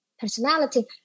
Personality